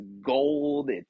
gold